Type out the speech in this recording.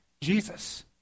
Jesus